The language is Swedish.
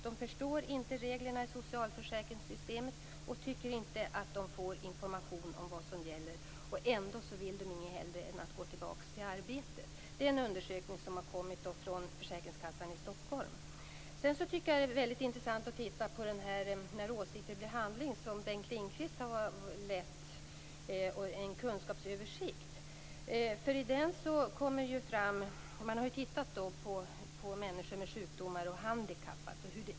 De förstår inte reglerna i socialförsäkringssystemet och tycker inte att de får information om vad som gäller." Dessa människor vill helst av allt att gå tillbaka till arbetet. Detta är en undersökning som försäkringskassan i Stockholm har gjort. Jag tycker att den kunskapsöversikt, När åsikter blir handling, som Bengt Lindqvist har lett är mycket intressant. Man har där studerat hur attityder avspeglas i handling när det gäller människor med sjukdomar och handikapp.